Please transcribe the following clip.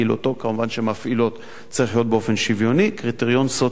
מובן שכשהן מפעילות זה צריך להיות באופן שוויוני,